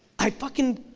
i fucking,